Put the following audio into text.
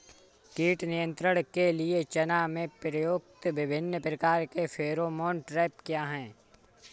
कीट नियंत्रण के लिए चना में प्रयुक्त विभिन्न प्रकार के फेरोमोन ट्रैप क्या है?